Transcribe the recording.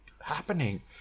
happening